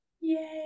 yay